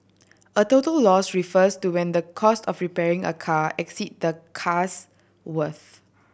a total loss refers to when the cost of repairing a car exceeds the car's worth